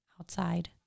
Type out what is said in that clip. outside